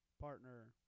partner